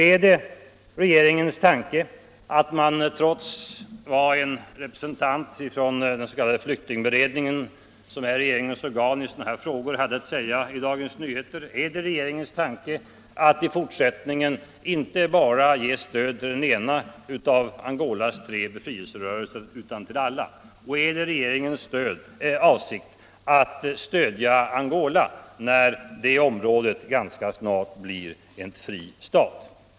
Är det regeringens tanke att man — trots vad en representant för den s.k. flyktingberedningen, som är regeringens organ i sådana här frågor, hade att säga i Dagens Nyheter — i fortsättningen skall ge stöd inte bara till den ena av Angolas befrielserörelser utan till alla? Och är det regeringens avsikt att stödja Angola när det området ganska snart blir en fri stat?